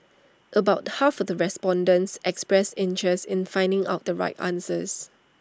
about half of the respondents expressed interest in finding out the right answers